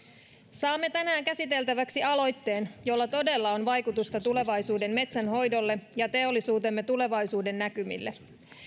saamme tänään käsiteltäväksi aloitteen jolla todella on vaikutusta tulevaisuuden metsänhoidolle ja teollisuutemme tulevaisuudennäkymille